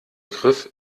griff